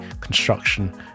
construction